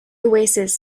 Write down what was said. oasis